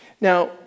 Now